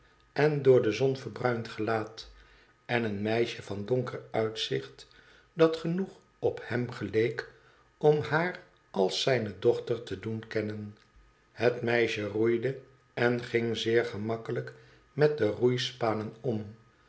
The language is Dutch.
en door de zon verbruind gelaat en een meisje van donker tiitzicht dat genoeg op hem geleek om haar als zijne dochter te doen kennen het meisje roeide en ging zeer gemakkelijk met de roeispanen om